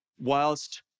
whilst